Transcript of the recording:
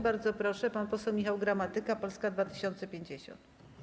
Bardzo proszę, pan poseł Michał Gramatyka, Polska 2050.